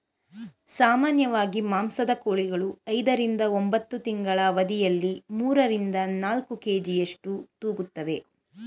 ಸಾಮಾನ್ಯವಾಗಿ ಮಾಂಸದ ಕೋಳಿಗಳು ಐದರಿಂದ ಒಂಬತ್ತು ತಿಂಗಳ ಅವಧಿಯಲ್ಲಿ ಮೂರರಿಂದ ನಾಲ್ಕು ಕೆ.ಜಿಯಷ್ಟು ತೂಗುತ್ತುವೆ